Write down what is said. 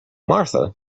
martha